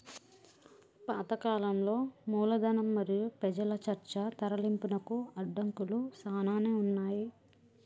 పాత కాలంలో మూలధనం మరియు పెజల చర్చ తరలింపునకు అడంకులు సానానే ఉన్నాయి